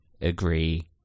agree